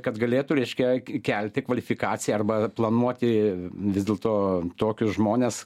kad galėtų reiškia kelti kvalifikaciją arba planuoti vis dėlto tokius žmones